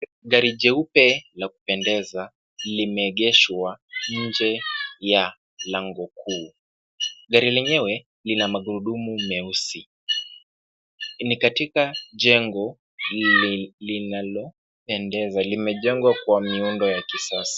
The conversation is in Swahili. Gari jeupe la kupendeza limeegeshwa nje ya lango kuu. Gari lenyewe lina magurudumu meusi. Ni katika jengo hili linaloendeza limejengwa kwa miundo ya kisasa.